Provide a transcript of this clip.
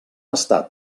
estat